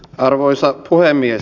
arvoisa puhemies